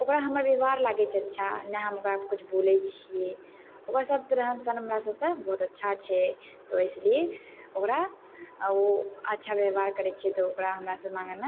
ओकरा हमर व्यवहार लागय छै अच्छा नहि हम ओकरा किछु बोलय छियै ओकर सबके रहन सहन हमरा सब से बहुत अच्छा छै तऽ इसलिये ओकरा अच्छा व्यवहार करय छियै तऽ ओकरा हमरासँ माँगयमे